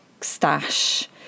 stash